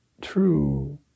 true